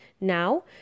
now